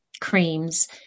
creams